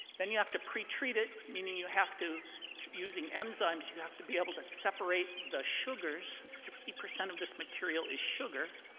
then you have to pre-treat it, meaning you have to to using enzymes, you have to be able to separate the sugars. sixty percent of this material is sugar.